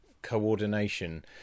coordination